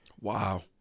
Wow